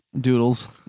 doodles